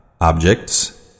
Objects